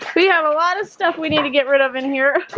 we have a lot of stuff we need to get rid of in here